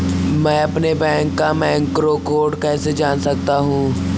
मैं अपने बैंक का मैक्रो कोड कैसे जान सकता हूँ?